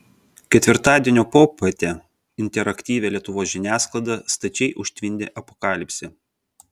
ketvirtadienio popietę interaktyvią lietuvos žiniasklaidą stačiai užtvindė apokalipsė